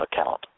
account